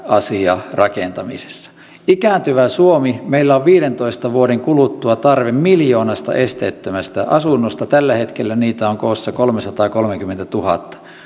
asia rakentamisessa ikääntyvässä suomessa meillä on viidentoista vuoden kuluttua tarve miljoonalle esteettömälle asunnolle tällä hetkellä niitä on koossa kolmesataakolmekymmentätuhatta